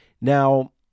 Now